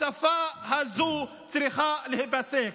השפה הזאת צריכה להיפסק.